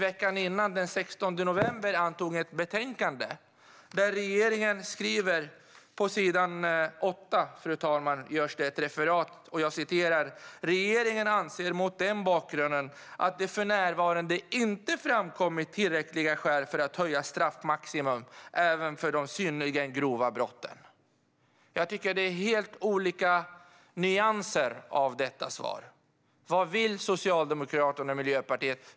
Veckan innan, den 16 november, antog vi dock ett betänkande där man på s. 8 kan läsa ett referat av vad regeringen säger: Regeringen anser mot den bakgrunden att det för närvarande inte framkommit tillräckliga skäl för att höja straffmaximum även för de synnerligen grova brotten. Jag tycker att det är helt olika nyanser i dessa svar. Vad vill Socialdemokraterna och Miljöpartiet?